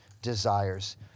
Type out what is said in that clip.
Desires